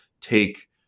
take